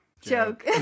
Joke